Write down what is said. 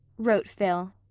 wrote phil.